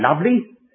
lovely